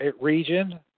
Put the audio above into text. region